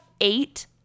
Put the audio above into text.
eight